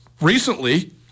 Recently